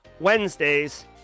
Wednesdays